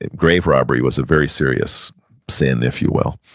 and grave robbery was a very serious sin, if you will.